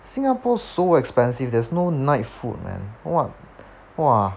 singapore so expensive there's no night food man what !wah!